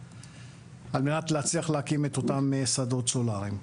על מנת להצליח להקים את אותם שדות סולאריים.